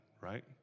right